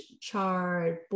chard